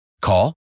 Call